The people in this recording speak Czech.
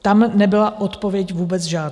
Tam nebyla odpověď vůbec žádná.